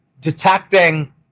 detecting